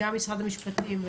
ממשרד המשפטים,